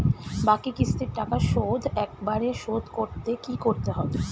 বাকি কিস্তির টাকা শোধ একবারে শোধ করতে কি করতে হবে?